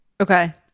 Okay